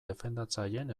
defendatzaileen